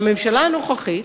הממשלה הנוכחית,